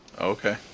Okay